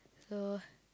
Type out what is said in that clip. so